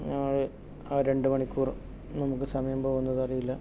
ആ രണ്ടു മണിക്കൂറും നമുക്ക് സമയം പോകുന്നത് അറിയില്ല